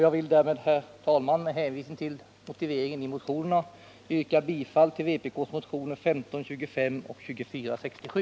Jag yrkar härmed, med hänvisning till motiveringarna i motionerna, bifall till vpk:s motioner 1525 och 2467.